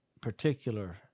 particular